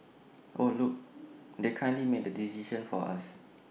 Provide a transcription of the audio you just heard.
oh look they kindly made the decision for us